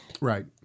Right